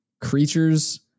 creatures